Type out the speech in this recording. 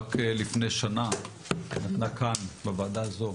רק לפני שנה כאן בוועדה הזאת,